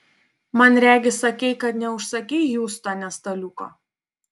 man regis sakei kad neužsakei hjustone staliuko